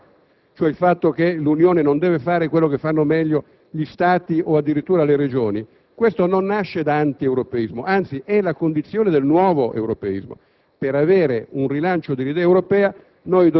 la sottolineatura del principio di sussidiarietà, secondo cui l'Unione non deve fare quello che fanno meglio gli Stati, o addirittura le Regioni: questo non nasce da antieuropeismo, anzi, è la condizione del nuovo europeismo.